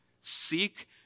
seek